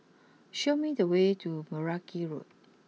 show me the way to Meragi Road